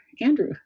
Andrew